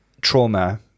trauma